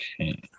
Okay